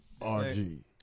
Rg